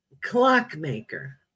clockmaker